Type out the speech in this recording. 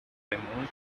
raymond